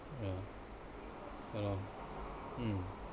ya ya mm